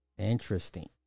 Interesting